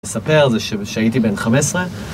לספר זה שהייתי בן 15